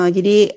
Jadi